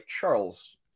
Charles